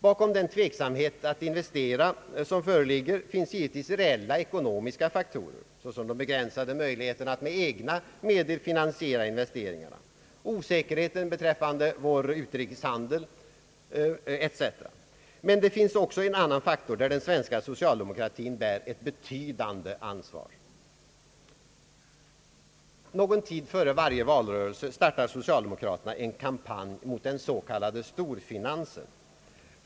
Bakom den tveksamhet att investera som föreligger finns givetvis reella ekonomiska faktorer, såsom de begränsade möjligheterna att med egna medel finansiera investeringarna och osäkerheten beträffande vår utrikeshandel, men det finns också en annan faktor, där den svenska socialdemokratin bär ett betydande ansvar. Någon tid före varje valrörelse startar socialdemokraterna en kampanj mot den s.k. storfinansen.